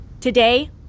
Today